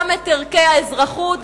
גם את ערכי האזרחות,